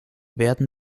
werden